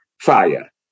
fire